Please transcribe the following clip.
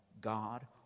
God